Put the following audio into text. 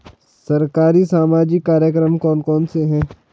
सरकारी सामाजिक कार्यक्रम कौन कौन से हैं?